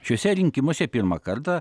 šiuose rinkimuose pirmą kartą